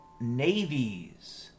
navies